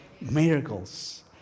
Miracles